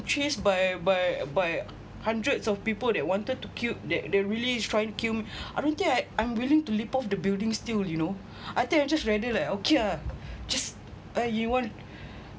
chase by by by hundreds of people that wanted to kill that they're really trying to kill me I don't think I'm unwilling to leap off the building still you know I think I'd just rather like okay uh just uh you want